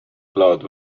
claude